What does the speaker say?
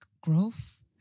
growth